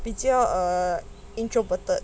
比较 err introverted